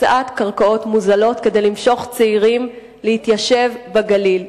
הקצאת קרקעות מוזלות כדי למשוך צעירים להתיישב בגליל.